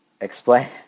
Explain